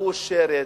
מאושרת,